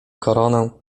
koronę